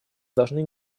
должны